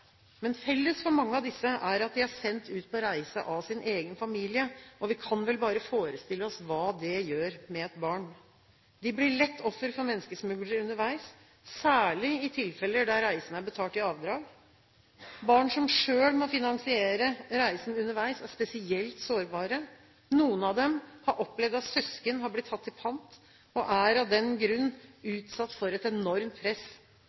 Men felles for mange av disse er at de er sendt ut på reise av sin egen familie. Vi kan vel bare forestille oss hva det gjør med et barn. De blir lett offer for menneskesmuglere underveis, særlig i tilfeller der reisen er betalt i avdrag. Barn som selv må finansiere reisen underveis, er spesielt sårbare. Noen av dem har opplevd at søsken har blitt tatt i pant, og er av den grunn utsatt for et enormt press.